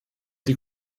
die